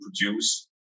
produce